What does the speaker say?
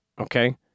okay